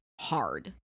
hard